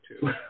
two